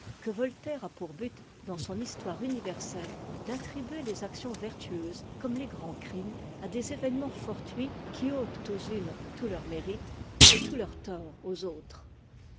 que voltaire a pour but dans son histoire universelle d'attribuer les actions vertueuses comme les grands crimes à des événements fortuits qui ôtent aux unes tout leur mérite et tout leur tort aux autres